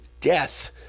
death